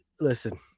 listen